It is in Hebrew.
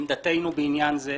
עמדתנו בעניין זה,